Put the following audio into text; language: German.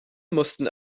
mussten